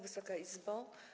Wysoka Izbo!